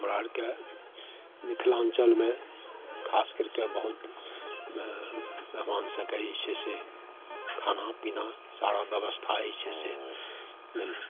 हमरा आओरके मिथिलाञ्चलमे खास करिके बहुत एँ मेहमान सभकेँ जे छै से खानापिना सारा बेबस्था जे छै से नहि नहि